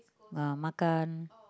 uh makan